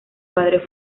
padres